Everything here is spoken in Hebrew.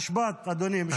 משפט, אדוני, משפט.